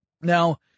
Now